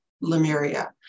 Lemuria